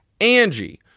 Angie